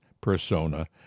persona